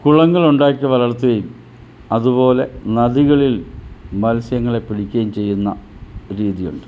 കുളങ്ങളുണ്ടാക്കി വളർത്തി അതുപോലെ നദികളിൽ മത്സ്യങ്ങളെ പിടിക്കുകയും ചെയ്യുന്ന രീതിയുണ്ട്